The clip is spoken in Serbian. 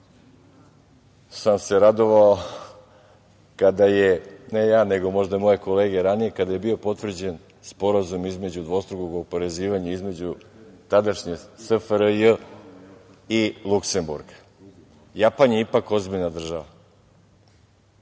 sam se radovao kada je, ne ja, nego možda moje kolege ranije, kada je bio potvrđen Sporazum između dvostrukog oporezivanja između tadašnje SFRJ i Luksemburga. Japan je ipak ozbiljna država